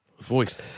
Voice